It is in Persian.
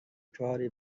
کاری